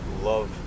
love